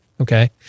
Okay